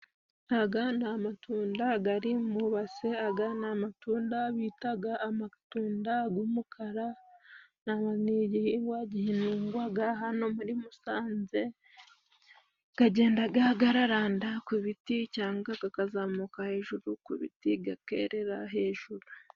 Aga ni amatunda gari mu ibase , aga ni amatunda bitaga amatunda g'umukara ,ni igihingwa gihingwaga hano muri musanze ,gajyendaga gararanda ku biti ,canga kakazamuka hejuru ku biti gakerera hejiru.